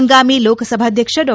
ಪಂಗಾಮಿ ಲೋಕಸಭಾಧ್ವಕ್ಷ ಡಾ